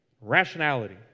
rationality